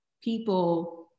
people